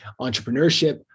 entrepreneurship